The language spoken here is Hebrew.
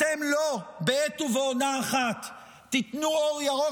אתם לא בעת ובעונה אחת תתנו אור ירוק